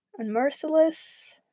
unmerciless